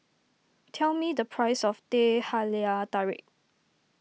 tell me the price of Teh Halia Tarik